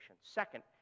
Second